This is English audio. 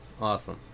awesome